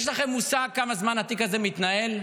יש לכם מושג כמה זמן התיק הזה מתנהל?